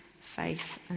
faith